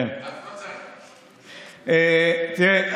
תראה,